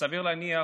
סביר להניח